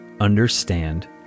Understand